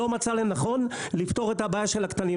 לא מצא לנכון לפתור את הבעיה של הקטנים?